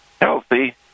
healthy